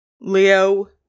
Leo